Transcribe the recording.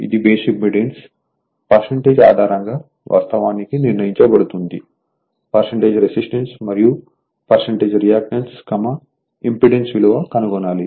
ఇది base impedance ఆధారంగా వాస్తవానికి నిర్ణయించబడుతుంది రెసిస్టెన్స్ మరియు రియాక్టన్స్ ఇంపెడెన్స్ విలువ కనుగొనాలి